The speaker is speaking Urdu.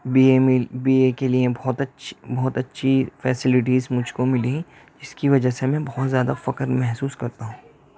بی اے میں بی اے کے لیے بہت اچھی بہت اچھی فیسلٹیز مجھ کو ملیں جس کی وجہ سے میں بہت زیادہ فخر محسوس کرتا ہوں